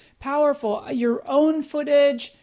powerful, your own footage,